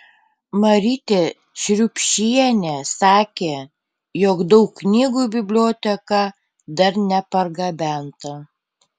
marytė šriubšienė sakė jog daug knygų į biblioteką dar nepargabenta